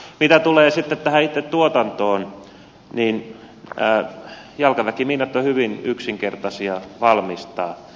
mitä tulee sitten tähän itse tuotantoon niin jalkaväkimiinat ovat hyvin yksinkertaisia valmistaa